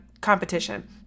competition